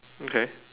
okay